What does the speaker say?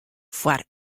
foar